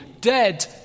dead